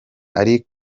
ari